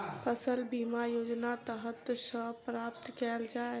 फसल बीमा योजना कतह सऽ प्राप्त कैल जाए?